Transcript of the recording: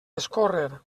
escórrer